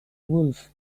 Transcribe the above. wolf